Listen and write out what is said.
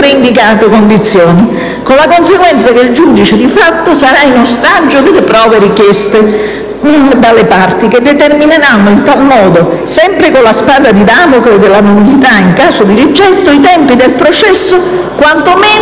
indicate condizioni, con la conseguenza che il giudice di fatto sarà in ostaggio delle prove richieste dalle parti che determineranno in tal modo (sempre con la spada di Damocle della nullità in caso di rigetto) i tempi del processo quantomeno